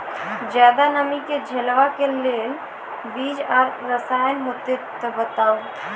ज्यादा नमी के झेलवाक लेल बीज आर रसायन होति तऽ बताऊ?